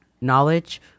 knowledge